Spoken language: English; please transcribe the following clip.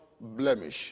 blemish